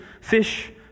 fish